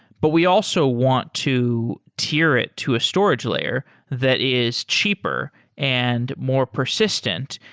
but we also want to tier it to a storage layer that is cheaper and more persistent.